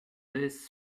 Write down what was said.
this